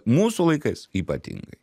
mūsų laikais ypatingai